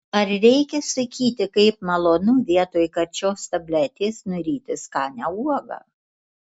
ar reikia sakyti kaip malonu vietoj karčios tabletės nuryti skanią uogą